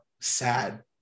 Sad